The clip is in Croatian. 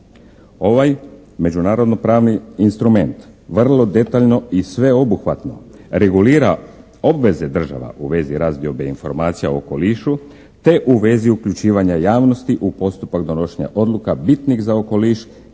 Ovaj međunarodno-pravni instrument vrlo detaljno i sveobuhvatno regulira obveze država u vezi razdiobe informacija o okolišu te u vezi uključivanja javnosti u postupak donošenja odluka bitnih za okoliš